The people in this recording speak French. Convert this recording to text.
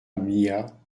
mliha